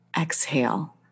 Exhale